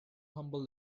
humble